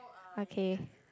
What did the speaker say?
okay